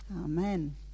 amen